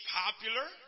popular